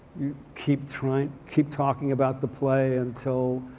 keep trying, keep talking about the play until